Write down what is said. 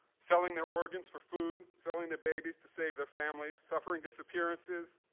selling their organs for food, selling their babies to save their families, suffering disappearances,